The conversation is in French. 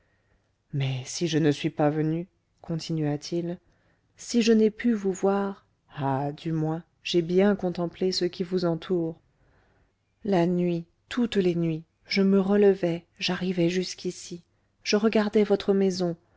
mais si je ne suis pas venu continua-t-il si je n'ai pu vous voir ah du moins j'ai bien contemplé ce qui vous entoure la nuit toutes les nuits je me relevais j'arrivais jusqu'ici je regardais votre maison